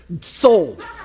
sold